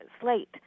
slate